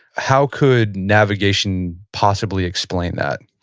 how could navigation possibly explain that?